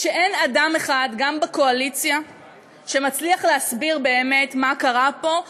שאין אדם אחד גם בקואליציה שמצליח להסביר באמת מה קרה פה.